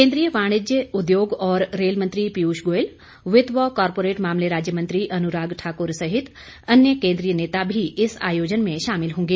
केंद्रीय वाणिज्य उद्योग और रेल मंत्री पियूष गोयल वित्त व कारपोरेट मामले राज्य मंत्री अनुराग ठाक्र सहित अन्य केंद्रीय नेता भी इस आयोजन में शामिल होंगे